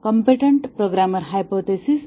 competent programmer hypothesis